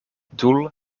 doel